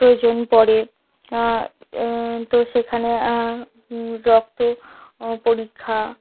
প্রয়োজন পড়ে তো সেখানে রক্ত পরীক্ষা